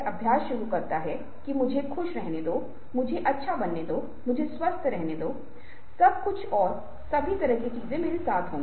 आप किसी को इंगित कर सकते हैं या आप अपने पीछे हाथ मोड़ सकते हैं और आप अपनी ठोड़ी को रगड़ सकते हैं या आप अपने सिर को खरोंच कर सकते हैं और आप सभी प्रकार की चीजें कर सकते हैं